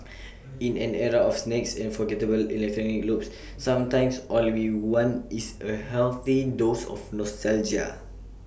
in an era of snakes and forgettable electronic loops sometimes all we want is A healthy dose of nostalgia